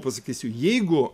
pasakysiu jeigu